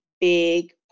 big